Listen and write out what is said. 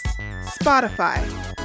Spotify